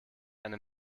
eine